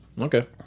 Okay